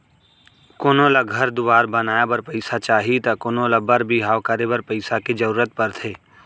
कोनो ल घर दुवार बनाए बर पइसा चाही त कोनों ल बर बिहाव करे बर पइसा के जरूरत परथे